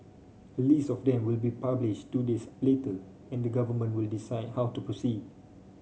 a list of them will be published two days later and the government will decide how to proceed